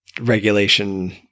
regulation